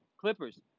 Clippers